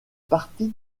partie